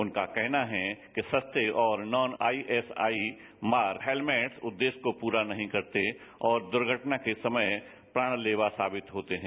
उनका कहना है कि सस्ते और नोन आईएसआ मार्क हेलमेट उद्देश्य को पूरा नहीं करते और दृर्घटना के समय प्राण लेवा साबित होते हैं